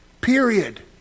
Period